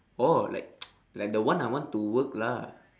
oh like like the one I want to work lah